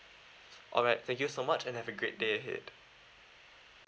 alright thank you so much and have a great day ahead